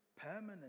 permanent